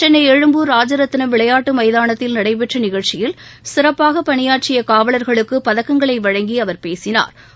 சென்னை எழும்பூர் ராஜரத்தினம் விளையாட்டு மைதானத்தில் நடைபெற்ற நிகழ்ச்சியில் சிறப்பாக பணியாற்றிய காவலா்களுக்கு பதக்கங்களை வழங்கி அவா் பேசினாா்